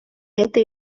это